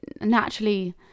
naturally